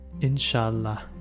Inshallah